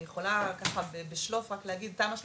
אני יכול ככה בשלוף רק להגיד פה שי את תמ"א 35,